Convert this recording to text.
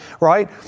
Right